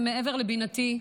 זה מעבר לבינתי,